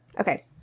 Okay